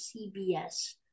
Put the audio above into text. CBS